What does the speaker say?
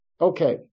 Okay